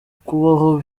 kubaho